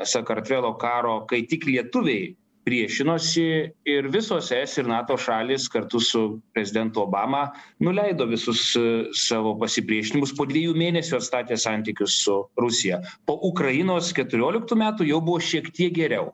sakartvelo karo kai tik lietuviai priešinosi ir visos es ir nato šalys kartu su prezidentu obama nuleido visus savo pasipriešinimus po dviejų mėnesių atstatė santykius su rusija po ukrainos keturioliktų metų jau buvo šiek tiek geriau